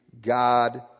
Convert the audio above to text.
God